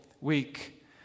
week